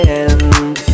end